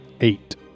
Eight